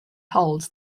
holds